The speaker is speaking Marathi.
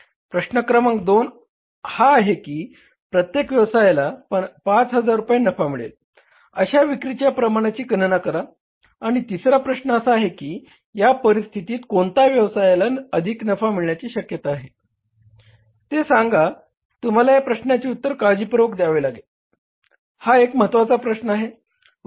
प्रश्न क्रमांक दोन हा आहे की प्रत्येक व्यवसायाला 5000 रुपये नफा मिळेल अशा विक्रीच्या प्रमाणाची गणना करा आणि तिसरा प्रश्न असा आहे की या परिस्थितीत कोणत्या व्यवसायाला अधिक नफा मिळण्याची शक्यता आहे ते सांगा तुम्हाला या प्रश्नाचे उत्तर काळजीपूर्वक द्यावे लागेल हा एक महत्वाचा प्रश्न आहे